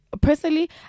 Personally